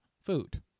food